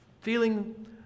Feeling